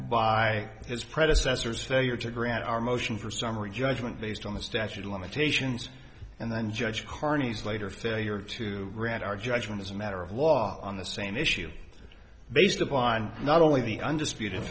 by his predecessors failure to grant our motion for summary judgment based on the statute of limitations and then judge carney's later failure to grant our judgment as a matter of law on the same issue based upon not only the undisputed